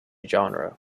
genre